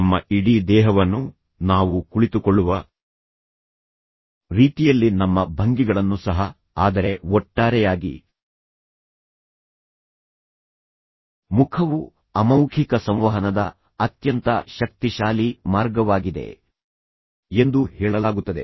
ನಮ್ಮ ಇಡೀ ದೇಹವನ್ನು ನಾವು ಕುಳಿತುಕೊಳ್ಳುವ ರೀತಿಯಲ್ಲಿ ನಮ್ಮ ಭಂಗಿಗಳನ್ನು ಸಹ ಆದರೆ ಒಟ್ಟಾರೆಯಾಗಿ ಮುಖವು ಅಮೌಖಿಕ ಸಂವಹನದ ಅತ್ಯಂತ ಶಕ್ತಿಶಾಲಿ ಮಾರ್ಗವಾಗಿದೆ ಎಂದು ಹೇಳಲಾಗುತ್ತದೆ